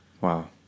Wow